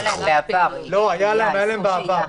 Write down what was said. לא, היה להם בעבר.